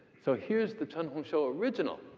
so here's the chen hongshou original.